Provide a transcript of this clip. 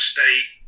State